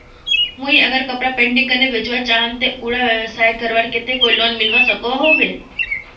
मुई अगर कपड़ा पेंटिंग करे बेचवा चाहम ते उडा व्यवसाय करवार केते कोई लोन मिलवा सकोहो होबे?